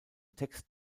text